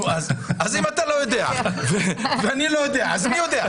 אם אתה לא יודע ואני לא יודע, אז מי יודע?